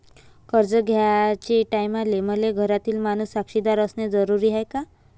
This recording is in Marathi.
कर्ज घ्याचे टायमाले मले घरातील माणूस साक्षीदार असणे जरुरी हाय का?